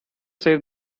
save